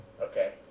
Okay